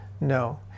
No